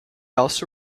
also